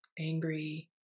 angry